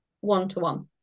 one-to-one